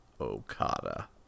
Okada